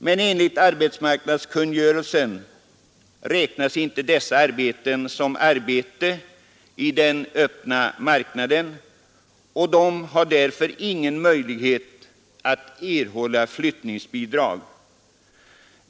Men enligt arbetsmarknadskungörelsen räknas inte dessa sysselsättningar som arbete i den öppna marknaden, och de har därför inga möjligheter att erhålla flyttningsbidrag.